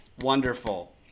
Wonderful